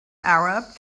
arab